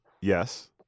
Yes